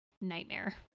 nightmare